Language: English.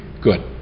good